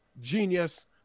genius